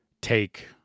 take